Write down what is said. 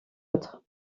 autre